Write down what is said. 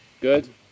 good